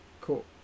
Cool